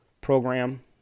program